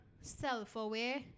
self-aware